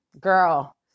girl